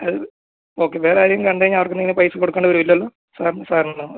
അത് ഓക്കെ വേറെ ആരെയും കണ്ട് കഴിഞ്ഞാൽ അവർക്ക് എന്തെങ്കിലും പൈസ കൊടുക്കേണ്ടി വരുമോ ഇല്ലല്ലോ സാറിന് സാറിന്